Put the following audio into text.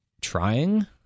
trying